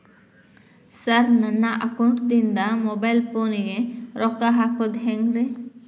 Sir ನನ್ನ ಅಕೌಂಟದಿಂದ mobile ಫೋನಿಗೆ ರೊಕ್ಕ ಹಾಕೋದು ಹೆಂಗ್ರಿ?